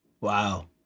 Wow